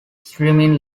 streaming